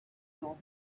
your